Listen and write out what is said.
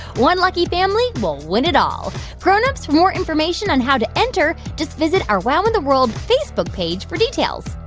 one lucky family will win it all grown-ups, for more information on how to enter, just visit our wow in the world facebook page for details.